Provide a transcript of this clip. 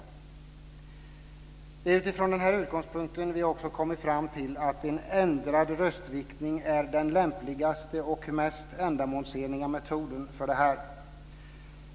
Det är utifrån den utgångspunkten som vi också har kommit fram till att en ändrad röstviktning är den lämpligaste och mest ändamålsenliga metoden för detta.